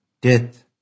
death